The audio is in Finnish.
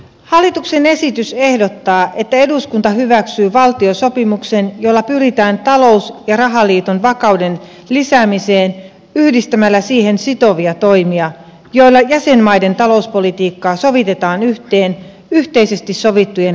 hallituksen esitys ehdottaa että eduskunta hyväksyy valtiosopimuksen jolla pyritään talous ja rahaliiton vakauden lisäämiseen yhdistämällä siihen sitovia toimia joilla jäsenmaiden talouspolitiikkaa sovitetaan yhteen yhteisesti sovittujen linjausten mukaisesti